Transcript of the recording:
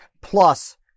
plus